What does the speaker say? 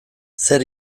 zer